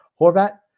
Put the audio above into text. Horvat